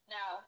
Now